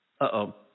Uh-oh